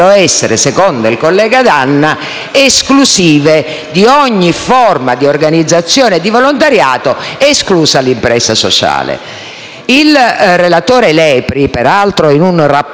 senatore Lepri, peraltro in un rapporto